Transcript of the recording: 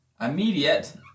immediate